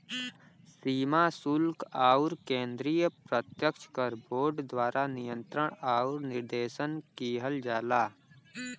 सीमा शुल्क आउर केंद्रीय प्रत्यक्ष कर बोर्ड द्वारा नियंत्रण आउर निर्देशन किहल जाला